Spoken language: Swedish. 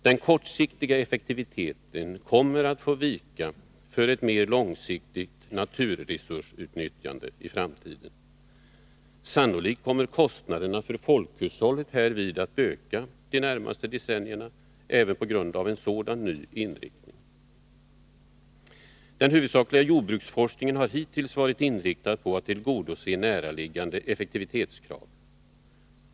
Den kortsiktiga effektiviteten kommer i framtiden att få ge vika för ett mer långsiktigt naturresursutnyttjande. Sannolikt kommer kostnaderna för folkhushållet härvid att öka under de närmaste decennierna även på grund av en sådan ny inriktning. Den huvudsakliga jordbruksforskningen har hittills varit inriktad på att tillgodose näraliggande effektivitetskrav.